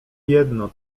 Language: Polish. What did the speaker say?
jedno